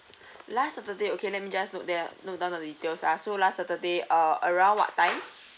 last saturday okay let me just note that note down on the details ah so last saturday uh around what time